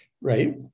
Right